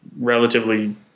relatively